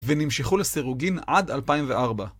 ונמשיכו לסירוגין עד 2004.